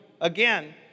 Again